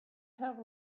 have